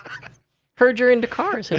heard you're into cars,